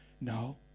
No